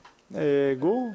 סדר-היום: